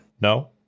No